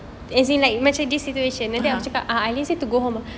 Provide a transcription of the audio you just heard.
(uh huh)